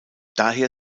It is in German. daher